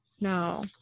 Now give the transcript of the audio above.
no